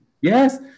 yes